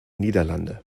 niederlande